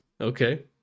Okay